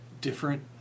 different